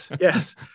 yes